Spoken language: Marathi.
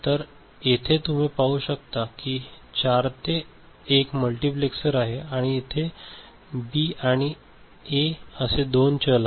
तर येथे तुम्ही पाहू शकता की 4 ते 1 मल्टिप्लेसर आहे आणि तेथे बी आणि ए असे दोन चल आहेत